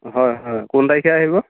হয় হয় কোন তাৰিখে আহিব